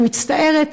אני מצטערת,